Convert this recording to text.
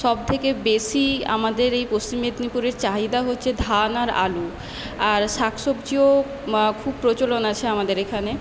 সবথেকে বেশি আমাদের এই পশ্চিম মেদিনীপুরের চাহিদা হচ্ছে ধান আর আলু আর শাক সবজিও খুব প্রচলন আছে আমাদের এখানে